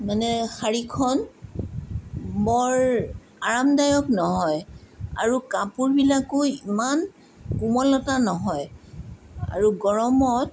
মানে শাড়ীখন বৰ আৰামদায়ক নহয় আৰু কাপোৰবিলাকো ইমান কোমলতা নহয় আৰু গৰমত